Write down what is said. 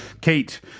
Kate